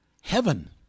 heaven